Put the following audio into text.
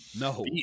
no